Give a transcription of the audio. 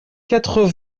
quatre